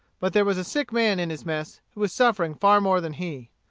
but there was a sick man in his mess, who was suffering far more than he.